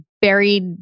buried